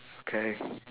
okay